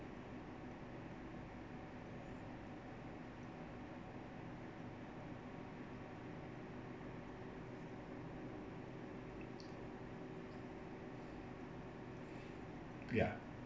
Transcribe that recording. ya